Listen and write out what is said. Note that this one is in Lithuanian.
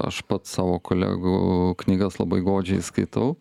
aš pats savo kolegų knygas labai godžiai skaitau